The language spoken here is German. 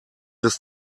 des